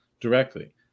directly